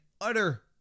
utter